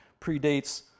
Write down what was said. predates